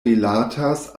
rilatas